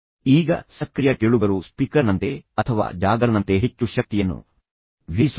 ಈಗ ಸಕ್ರಿಯ ಕೇಳುಗರು ಸ್ಪೀಕರ್ನಂತೆ ಅಥವಾ ಜಾಗರ್ನಂತೆ ಹೆಚ್ಚು ಶಕ್ತಿಯನ್ನು ವ್ಯಯಿಸುತ್ತಾರೆ